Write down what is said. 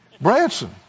Branson